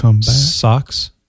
socks